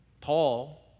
Paul